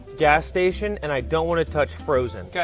gas station, and i don't want to touch frozen.